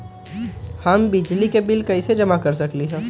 हम बिजली के बिल कईसे जमा कर सकली ह?